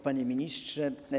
Panie Ministrze!